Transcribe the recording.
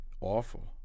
awful